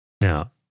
Now